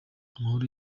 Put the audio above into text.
amahoro